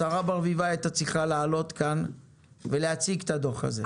השרה ברביבאי הייתה צריכה לעלות כאן ולהציג את הדוח הזה.